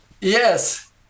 yes